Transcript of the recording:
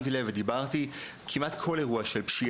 שמתי לב לעניין מאוד מעניין וגם דיברתי עליו: כמעט בכל עניין של פשיעה,